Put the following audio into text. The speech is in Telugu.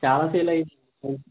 చాలా సేల్ అయి